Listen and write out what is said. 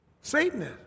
Satan